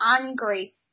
angry